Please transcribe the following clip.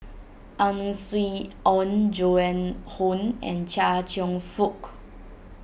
Ang Swee Aun Joan Hon and Chia Cheong Fook